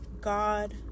God